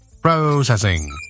Processing